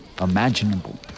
imaginable